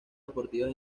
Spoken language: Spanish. deportivas